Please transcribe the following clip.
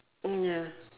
ya